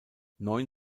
neun